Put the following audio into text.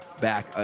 back